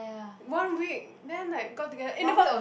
one week then like got together in about